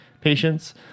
patients